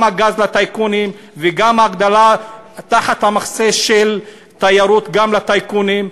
גם הגז לטייקונים וגם הגדלה תחת המחסה של תיירות גם לטייקונים,